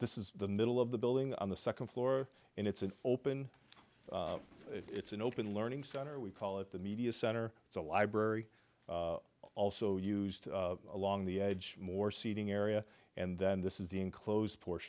this is the middle of the building on the second floor and it's an open it's an open learning center we call it the media center it's a library also used along the edge more seating area and then this is the enclosed por